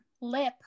Lip